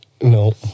No